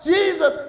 Jesus